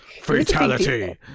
fatality